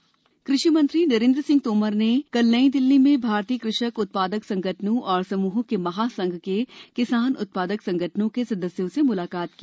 Tomar FPO कृषि मंत्री नरेंद्र सिंह तोमर ने कल नयी दिल्ली में भारतीय कृषक उत्पादक संगठनों और समूहों के महासंघ के किसान उत्पादक संगठनों के सदस्यों से मुलाकात की